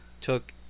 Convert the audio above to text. took